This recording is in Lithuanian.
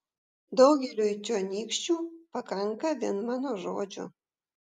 daugeliui čionykščių pakanka vien mano žodžio